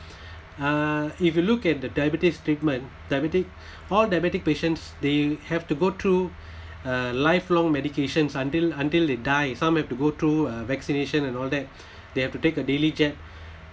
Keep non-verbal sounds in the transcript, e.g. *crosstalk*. uh if you look at the diabetes treatment diabetic *breath* all diabetic patients they have to go through *breath* a lifelong medications until until they die some have to go through a vaccination and all that *breath* they have to take a daily jab